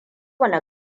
wane